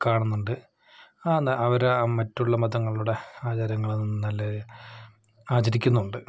കാണുന്നുണ്ട് അന്ന് അവരാ മറ്റുള്ള മതങ്ങളുടെ ആചാരങ്ങളില് നിന്നെല്ലാം ആചരിക്കുന്നുണ്ട്